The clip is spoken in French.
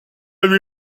lui